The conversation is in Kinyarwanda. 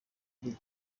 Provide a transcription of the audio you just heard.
iri